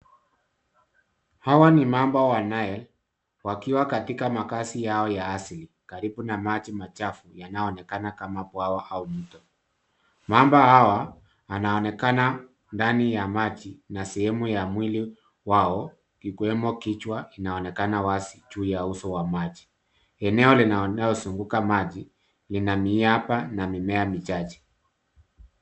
Hawa ni mamba wa nile , wakiwa katika makazi yao ya asili, karibu na maji machafu yanayo onekana kama bwawa au mto. Mamba hawa wanaonekana ndani ya maji na sehemu ya mwili wao ikiwemo kichwa vinaonekana wazi, juu ya uso wa maji. Eneo linalozunguka maji lina miamba na mimea michache.